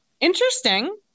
interesting